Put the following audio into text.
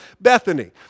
Bethany